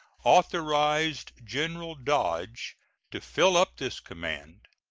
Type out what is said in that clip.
authorized general dodge to fill up this command,